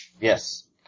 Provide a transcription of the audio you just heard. Yes